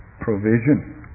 provision